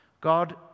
God